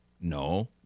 No